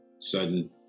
sudden